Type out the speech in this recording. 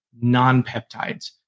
non-peptides